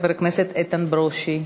חבר הכנסת איתן ברושי.